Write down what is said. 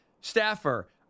staffer